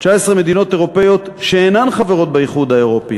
19 מדינות אירופיות שאינן חברות באיחוד האירופי